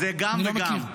אני לא מכיר.